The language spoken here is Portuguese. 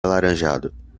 alaranjado